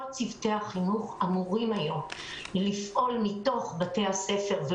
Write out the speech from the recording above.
צוותי החינוך אמורים היום לפעול מתוך בתי הספר,